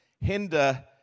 hinder